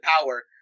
power